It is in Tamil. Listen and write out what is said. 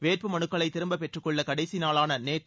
வேட்புமனுக்களை திரும்பப் பெற்றுக்கொள்ள கடைசி நாளான நேற்று